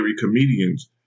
comedians